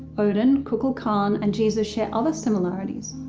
odin, kukulcan, and jesus share other similarities.